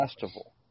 festival